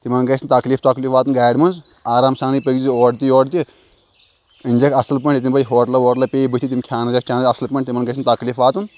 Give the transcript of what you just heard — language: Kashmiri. تِمَن گژھِ نہٕ تکلیٖف تۄکلیٖف واتُن گاڑِ منٛز آرام سانٕے پٔکۍ زِ اورٕ تہِ یورٕ تہِ أنۍزٮ۪کھ اَصٕل پٲٹھۍ ییٚتٮ۪ن وَنہِ ہوٹلَہ ووٹلَہ پیٚیی بٕتھِ تِم کھیٛانٲیزٮ۪کھ چانٲیزٮ۪کھ اَصٕل پٲٹھۍ تِمَن گژھِ نہٕ تکلیٖف واتُن